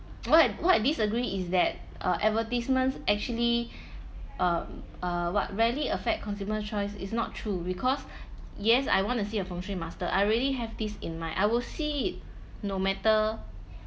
what what I disagree is that uh advertisements actually um uh what rarely affect consumer choice is not true because yes I want to see a feng shui master I already have this in mind I will see it no matter